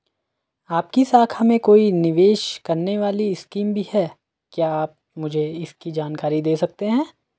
आपकी शाखा में कोई निवेश करने वाली स्कीम भी है क्या आप मुझे इसकी जानकारी दें सकते हैं?